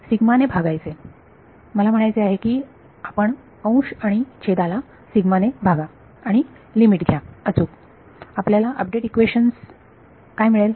sigma ने भागायचे मला म्हणायचे आहे की आपण अंश आणि छेदाला सिगमा ने भागा आणि लिमिट घ्या अचूक आपल्याला अपडेट इक्वेशन काय मिळेल